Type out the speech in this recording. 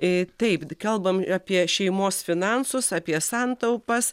i taip kalbam apie šeimos finansus apie santaupas